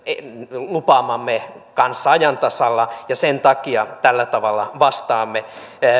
lupaamamme kanssa ajan tasalla ja sen takia tällä tavalla vastaamme